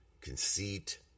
conceit